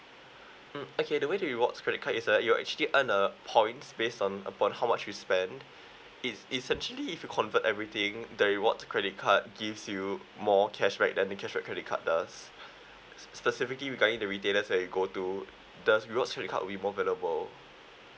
mm okay the way the rewards credit card is uh you'll actually earn uh points based on upon how much you spend it's essentially if you convert everything the rewards credit card gives you more cashback than the cashback credit card does specifically regarding the retailers that you go to the rewards credit card will be more valuable